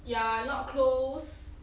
ya not close